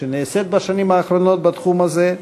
שנעשית בשנים האחרונות בתחום הזה.